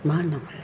मा होननांगौ